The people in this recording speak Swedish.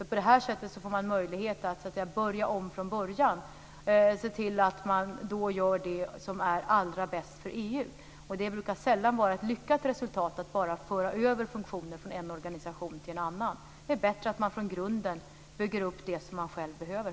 På det här sättet får man möjlighet att börja om från början, och se till att man gör det som är allra bäst för Det brukar sällan ge ett lyckat resultat att bara föra över funktioner från en organisation till en annan. Det är bättre att man från grunden bygger upp det som man behöver.